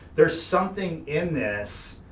there's something in this